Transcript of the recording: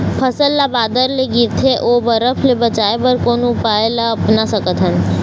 फसल ला बादर ले गिरथे ओ बरफ ले बचाए बर कोन उपाय ला अपना सकथन?